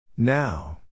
Now